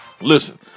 Listen